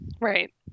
Right